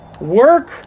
work